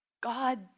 God